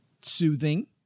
soothing